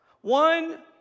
One